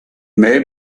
may